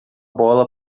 bola